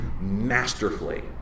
masterfully